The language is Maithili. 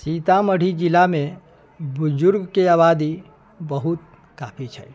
सीतामढ़ी जिलामे बुजुर्गके आबादी बहुत काफी छै